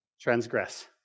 transgress